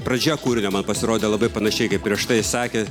pradžia kūrinio man pasirodė labai panašiai kaip prieš tai sakė